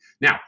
Now